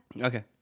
Okay